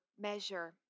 measure